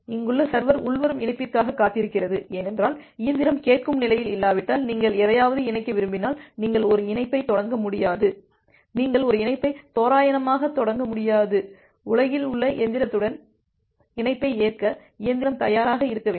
இங்குள்ள சர்வர் உள்வரும் இணைப்பிற்காகக் காத்திருக்கிறது ஏனென்றால் இயந்திரம் கேட்கும் நிலையில் இல்லாவிட்டால் நீங்கள் எதையாவது இணைக்க விரும்பினால் நீங்கள் ஒரு இணைப்பைத் தொடங்க முடியாது நீங்கள் ஒரு இணைப்பைத் தோராயமாக தொடங்க முடியாது உலகில் உள்ள எந்திரத்துடன் இணைப்பை ஏற்க இயந்திரம் தயாராக இருக்க வேண்டும்